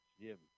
Jim